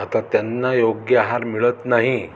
आता त्यांना योग्य आहार मिळत नाही